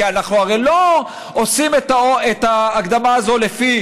כי אנחנו הרי לא עושים את ההקדמה הזאת לפי